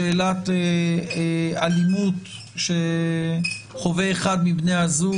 שאלת אלימות שחווה אחד מבני הזוג.